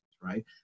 right